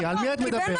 על מי את מדברת?